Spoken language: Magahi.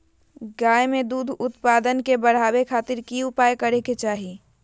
गाय में दूध उत्पादन के बढ़ावे खातिर की उपाय करें कि चाही?